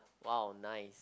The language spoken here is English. !wow! nice